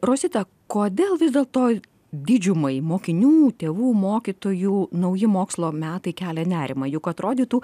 rosita kodėl vis dėlto didžiumai mokinių tėvų mokytojų nauji mokslo metai kelia nerimą juk atrodytų